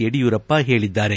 ಯಡಿಯೂರಪ್ಪ ಹೇಳಿದ್ದಾರೆ